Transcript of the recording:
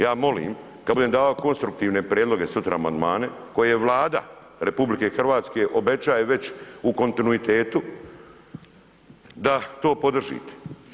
Ja molim kada budem davao konstruktivne prijedloge, sutra amandmane koje je Vlada RH obećaje već u kontinuitetu da to podržite.